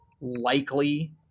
likely